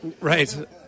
Right